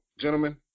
gentlemen